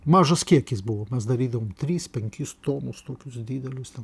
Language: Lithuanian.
mažas kiekis buvo mes darydavom tris penkis tomus tokius didelius ten